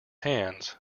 hands